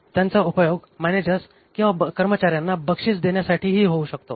त्यांचा उपयोग मॅनेजर्स किंवा कर्मचाऱ्यांना बक्षीस देण्यासाठीही होऊ शकतो